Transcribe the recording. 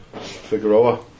Figueroa